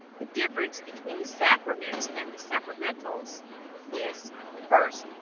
the difference between the sacraments and the sacramentals is first,